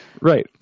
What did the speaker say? right